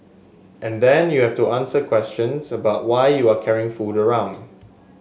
and then you have to answer questions about why you are carrying food around